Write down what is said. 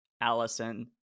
Allison